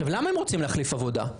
למה הם רוצים להחליף עבודה?